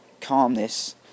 calmness